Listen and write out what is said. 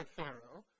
Pharaoh